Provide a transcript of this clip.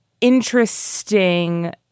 interesting